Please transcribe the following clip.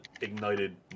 ignited